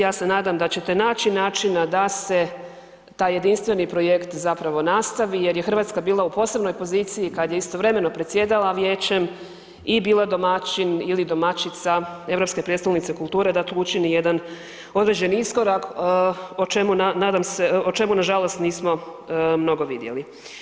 Ja se nadam da ćete naći načina da se taj jedinstveni projekt zapravo nastavi jer je RH bila u posebnoj poziciji kad je istovremeno predsjedala vijećem i bila domaćin ili domaćica Europske prijestolnice kulture da tu učini jedan određeni iskorak o čemu nadam se, o čemu nažalost nismo mnogo vidjeli.